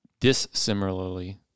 dissimilarly